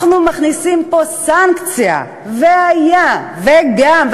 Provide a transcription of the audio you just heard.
אנחנו מכניסים פה סנקציה: והיה וגם,